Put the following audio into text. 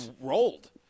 rolled